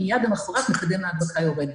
מיד למחרת מקדם ההדבקה יורד.